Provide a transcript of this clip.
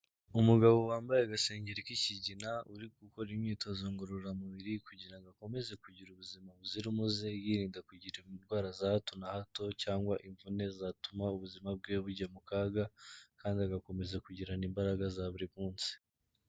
Umugabo wambaye agasengeri k'ikigina, uri gukora imyitozo ngororamubiri, kugira ngo akomeze kugira ubuzima buzira umuze, yirinda kugirarira indwara za hato na hato, cyangwa imvune zatuma ubuzima bwe bujya mu kaga, kandi agakomeza kugirana imbaraga za buri munsi.